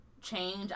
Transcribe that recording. change